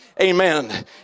amen